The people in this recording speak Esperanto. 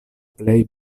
plej